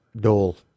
dole